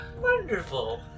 Wonderful